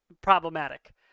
problematic